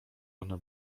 one